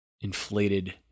inflated